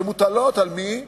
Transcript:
שמוטלים על מי?